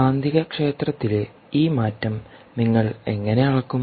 കാന്തികക്ഷേത്രത്തിലെ ഈ മാറ്റം നിങ്ങൾ എങ്ങനെ അളക്കും